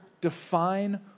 define